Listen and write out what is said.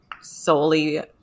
solely